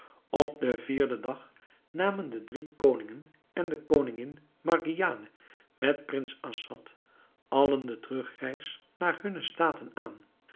op den vierden dag namen de drie koningen en de koningin margiane met prins assad allen de terugreis naar hunne staten aan